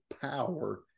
power